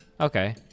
Okay